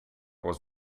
was